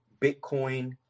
Bitcoin